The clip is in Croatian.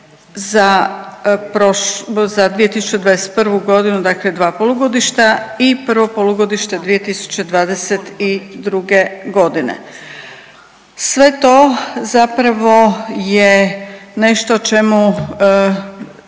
za 2021.g., dakle dva polugodišta i prvo polugodište 2022.g. Sve to zapravo je nešto u čemu